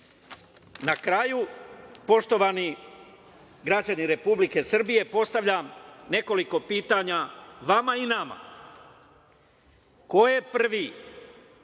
kraju, poštovani građani Republike Srbije, postavljam nekoliko pitanja vama i nama - ko je prvi